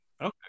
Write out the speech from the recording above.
Okay